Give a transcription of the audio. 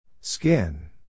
Skin